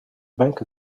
bank